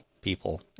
people